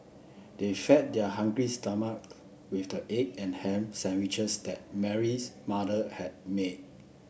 they fed their hungry stomachs with the egg and ham sandwiches that Mary's mother had made